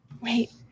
Wait